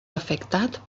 afectat